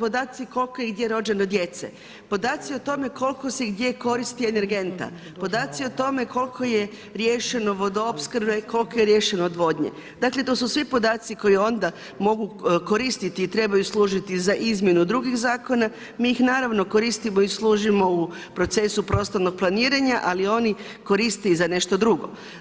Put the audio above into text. podaci koliko je i gdje rođeno djece, podaci o tome koliko se i gdje koriste energenta, podaci o tome koliko je riješeno vodoopskrbe, koliko je riješeno odvodnje, dakle to su sve podaci koji onda mogu koristiti i trebaju služiti za izmjenu drugih zakona, mi ih naravno koristimo i služimo u procesu prostornog planiranja, ali oni koriste i za nešto drugo.